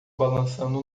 balançando